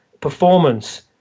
performance